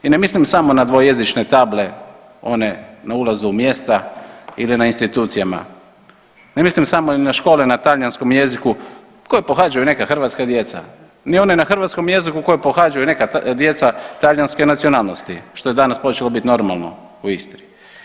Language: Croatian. I ne mislim samo na dvojezične table one na ulazu u mjesta ili na institucijama, ne mislim samo ni na škole na talijanskom jeziku koje pohađaju i neka hrvatska djeca, ni one na hrvatskom jeziku koje pohađaju neka djeca talijanske nacionalnosti što je danas počelo biti normalno u Istri.